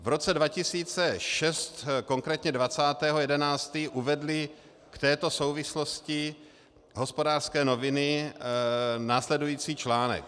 V roce 2006, konkrétně 20. 11., uvedly k této souvislosti Hospodářské noviny následující článek.